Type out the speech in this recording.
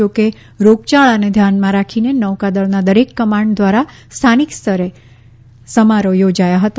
જો કે રોગચાળાને ધ્યાનમાં રાખીને નૌકાદળના દરેક કમાન્ડ દ્વારા સ્થાનિક સ્તરે સમારોહ યોજાયા હતા